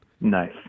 Nice